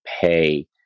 pay